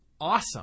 awesome